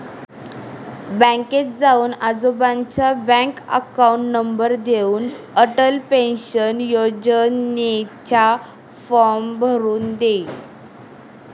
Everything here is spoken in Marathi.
बँकेत जाऊन आजोबांचा बँक अकाउंट नंबर देऊन, अटल पेन्शन योजनेचा फॉर्म भरून दे